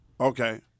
Okay